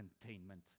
containment